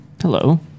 Hello